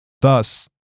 Thus